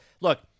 Look